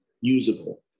usable